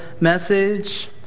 message